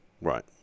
Right